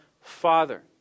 Father